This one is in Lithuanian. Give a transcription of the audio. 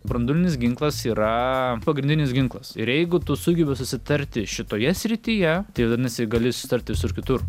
branduolinis ginklas yra pagrindinis ginklas ir jeigu tu sugebi susitarti šitoje srityje tai vadinasi gali sutart ir visur kitur